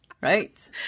right